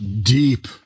deep